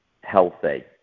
healthy